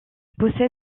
possède